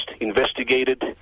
investigated